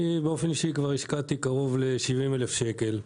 אני באופן אישי השקעתי כבר קרוב ל-70,000 שקל והתעייפתי.